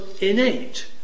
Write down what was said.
innate